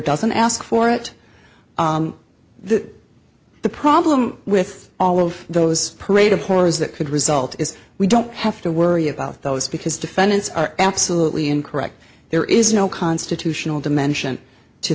doesn't ask for it the problem with all of those parade of horrors that could result is we don't have to worry about those because defendants are absolutely incorrect there is no constitutional dimension to